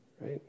right